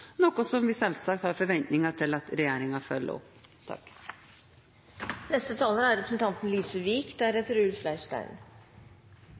vi selvsagt har forventninger om at regjeringen følger opp.